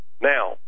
Now